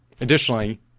Additionally